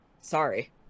Sorry